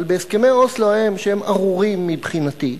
אבל בהסכמי אוסלו ההם, שהם ארורים מבחינתי,